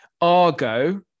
Argo